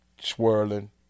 swirling